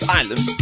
island